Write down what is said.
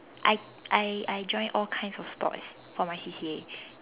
I I I join all kinds of sports for my C_C_A